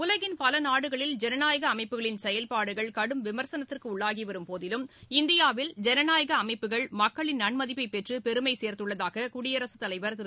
உலகின் பல நாடுகளில் ஜனநாயக அமைப்புகளின் செயல்பாடுகள் கடும் விமர்சனத்திற்கு உள்ளாகி வரும் போதிலும் இந்தியாவில் ஜனநாயக அமைப்புகள் மக்களின் நன்மதிப்பை பெற்று பெருமை சேர்துள்ளதாகவும் குடியரசுத் தலைவர் திரு